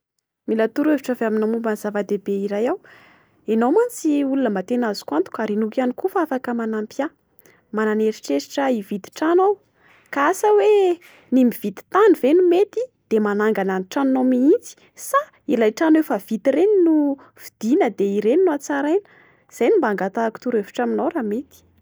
Mila toro-hevitra avy aminao momba ny zava-dehibe iray aho, enao mantsy olona mba tena azoko antoka ary inoako ihany koa fa mba afaka manampy ahy. Manana eritreritra hividy trano aho. Ka asa hoe ny mividy tany ve no mety de manangana ny tranonao mihitsy sa ilay trano efa vita ireny no vidina de ireny no hatsaraina? Izay no mba angatahako toro-hevitra aminao raha mety.